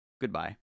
Goodbye